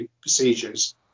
procedures